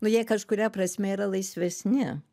nu jie kažkuria prasme yra laisvesni